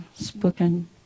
spoken